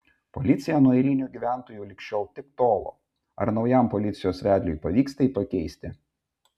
policija nuo eilinių gyventojų lig šiol tik tolo ar naujam policijos vedliui pavyks tai pakeisti